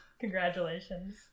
Congratulations